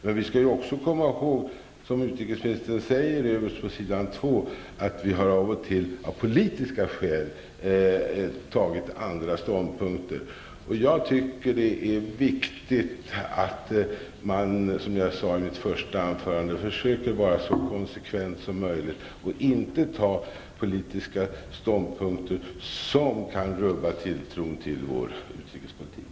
Men vi skall också komma ihåg, som utrikesministern säger i sitt svar, att vi av och till av politiska skäl har intagit andra ståndpunkter. Jag tycker att det är viktigt att man, som jag sade i mitt första anförande, försöker att vara så konsekvent som möjligt och inte intar politiska ståndpunkter som kan rubba tilltron till vår utrikespolitik.